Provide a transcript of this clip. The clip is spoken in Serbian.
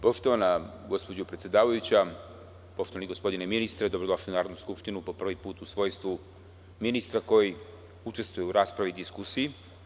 Poštovana gospođo predsedavajuća, poštovani gospodine ministre, dobrodošli u Narodnu skupštinu po prvi put u svojstvu ministra koji učestvuje u raspravu i diskusiji.